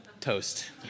toast